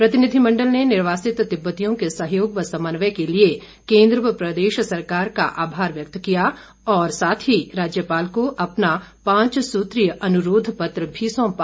प्रतिनिधिमण्डल ने निर्वासित तिब्रतियों के सहयोग व समन्वय के लिए केन्द्र व प्रदेश सरकार का आभार व्यक्त किया और साथ ही राज्यपाल को अपना पांच सूत्रीय अनुरोध पत्र भी सौंपा